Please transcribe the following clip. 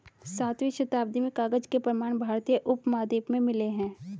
सातवीं शताब्दी में कागज के प्रमाण भारतीय उपमहाद्वीप में मिले हैं